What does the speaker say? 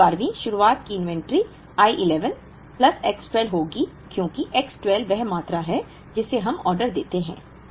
अवधि 12 वीं शुरुआत की इन्वेंटरी I 11 प्लस X 12 होगी क्योंकि X 12 वह मात्रा है जिसे हम ऑर्डर देते हैं